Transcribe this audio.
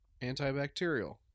Antibacterial